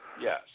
Yes